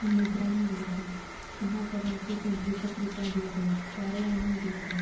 मुद्रणं दीयते पुनः कदाचित् द्विचक्रिका दीयते कारयानं दीयते